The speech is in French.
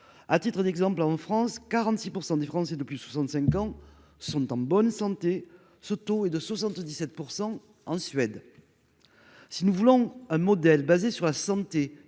à titre d'exemple en France, 46 % des Français depuis 65 ans, sont en bonne santé, ce taux est de 77 % en Suède, si nous voulons un modèle basé sur la santé